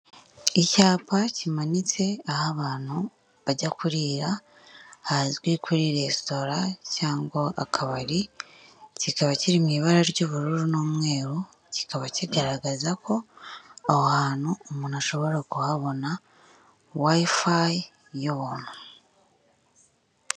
Icyapa kimanitse, aho abantu bajya kurira hazwi kuri resitora cyangwa akabari, kikaba kiri mu ibara ry'ubururu n'umweru, kikaba kigaragaza ko aho hantu umuntu ashobora kuhabona wayifayi y'ubuntu.